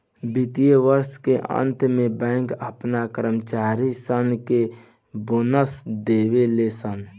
वित्तीय वर्ष के अंत में बैंक अपना कर्मचारी सन के बोनस देवे ले सन